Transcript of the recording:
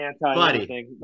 buddy